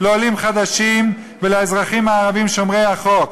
לעולים חדשים ולאזרחים הערבים שומרי החוק.